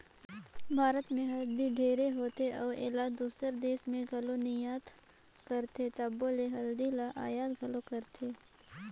भारत में हरदी ढेरे होथे अउ एला दूसर देस में घलो निरयात करथे तबो ले हरदी ल अयात घलो करथें